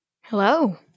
Hello